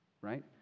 Right